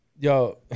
Yo